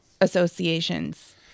associations